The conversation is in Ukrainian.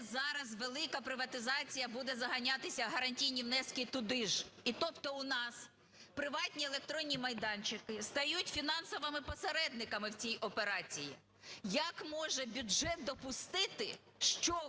зараз велика приватизація буде заганятися, гарантійні внески туди ж. І тобто в нас приватні електронні майданчики стають фінансовими посередниками в цій операції. Як може бюджет допустити, щоб фінансовим